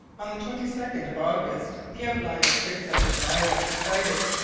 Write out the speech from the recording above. on the twenty second of august the outline of prince edward's island was sighted,